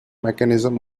mechanism